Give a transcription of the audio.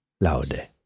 laude